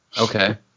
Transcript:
okay